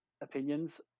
opinions